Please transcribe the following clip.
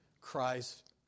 Christ